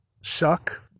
suck